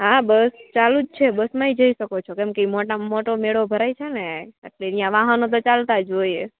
હા બસ ચાલુ જ છે બસમાં આવી જઈ શકો છો કેમ કે મોટામાં મોટો મેળો ભરાય છે ને એટલે ત્યાં વાહનો તો ચાલતા જ હોય